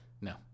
No